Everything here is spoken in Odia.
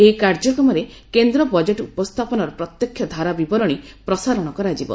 ଏହି କାର୍ଯ୍ୟକ୍ରମରେ କେନ୍ଦ୍ର ବଜେଟ୍ ଉପସ୍ଥାପନର ପ୍ରତ୍ୟକ୍ଷ ଧାରାବିବରଣୀ ପ୍ରସାରଣ କରାଯିବ